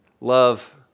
love